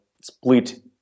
split